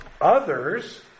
others